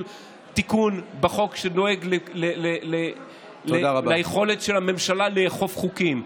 תיקון בחוק שדואג ליכולת של הממשלה לאכוף חוקים.